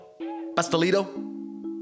pastelito